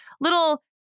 Little